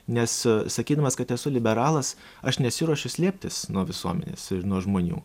nes sakydamas kad esu liberalas aš nesiruošiu slėptis nuo visuomenės nuo žmonių